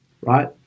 right